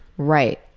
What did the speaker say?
right.